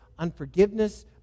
unforgiveness